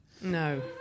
No